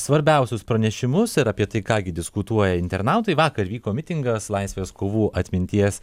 svarbiausius pranešimus ir apie tai ką gi diskutuoja internautai vakar vyko mitingas laisvės kovų atminties